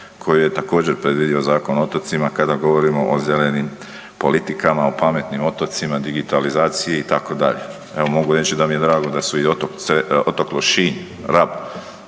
koju je također predvidio Zakon o otocima kada govorimo o zelenim politikama, o pametnim otocima, digitalizaciji itd. Evo mogu reći da mi je drago da su i otok Lošinj, Rab